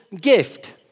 gift